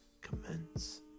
Commence